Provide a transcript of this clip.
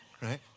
right